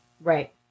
right